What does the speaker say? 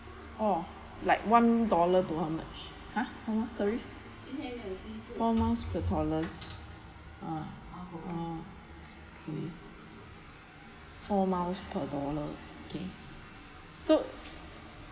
oh like one dollar to how much ha how much sorry four miles per dollar ah okay four miles per dollar okay so